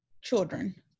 children